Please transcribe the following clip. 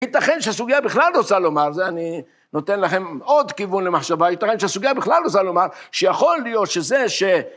ייתכן שהסוגיה בכלל רוצה לומר, זה אני נותן לכם עוד כיוון למחשבה, ייתכן שהסוגיה בכלל רוצה לומר שיכול להיות שזה ש...